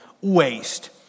waste